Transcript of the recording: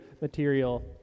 Material